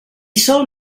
sol